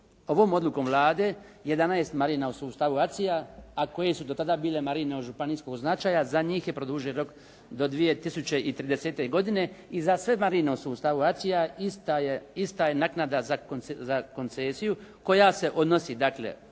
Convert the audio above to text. Ovom odlukom Vlade jedanaest marina u sustavu ACI-a a koje su do tada bile marine od županijskog značaja za njih je produžen rok do 2030. godine i za sve marine u sustavu ACI-a ista je naknada za koncesiju koja se odnosi dakle